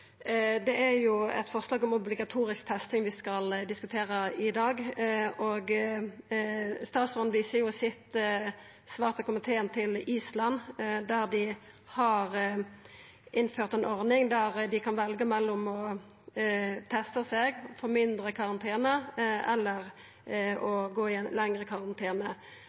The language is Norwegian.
det er jo eit forslag om obligatorisk testing vi skal diskutera i dag. Statsråden viser i sitt svar til komiteen til Island, som har innført ei ordning der dei kan velja mellom å testa seg og få kortare karantene og å gå i ein lengre karantene.